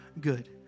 good